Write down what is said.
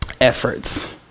efforts